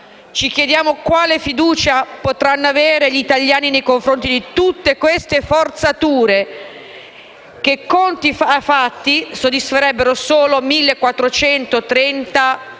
ci chiediamo quale fiducia potranno avere gli italiani nei confronti di tutte queste forzature che, a conti fatti, soddisferebbero solo 1.430 persone